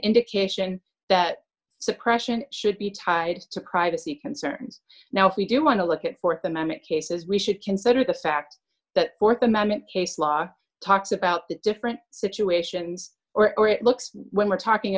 indication that suppression should be tied to privacy concerns now if we do want to look at th amendment cases we should consider the fact that th amendment case law talks about different situations or it looks when we're talking